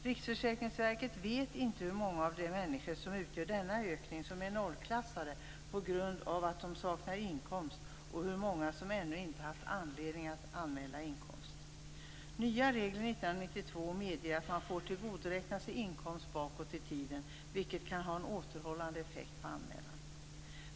Riksförsäkringsverket vet inte hur många av de människor som utgör denna ökning som är nollklassade på grund av att de saknar inkomst och hur många som ännu inte haft anledning att anmäla inkomst. Nya regler 1992 medger att man får tillgodoräkna sig inkomst bakåt i tiden, vilket kan ha en återhållande effekt på anmälan.